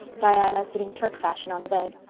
diana sitting turkfashion on the bed.